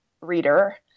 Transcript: reader